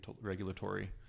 regulatory